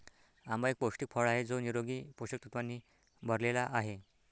आंबा एक पौष्टिक फळ आहे जो निरोगी पोषक तत्वांनी भरलेला आहे